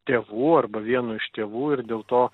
tėvų arba vieno iš tėvų ir dėl to